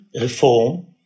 reform